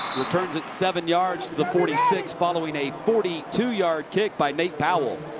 returns it seven yards to the forty six following a forty two yard pick by powell.